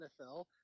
NFL